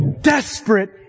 desperate